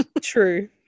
True